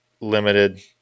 limited